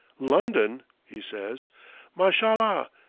london! he says mashallah!